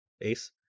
Ace